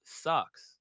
sucks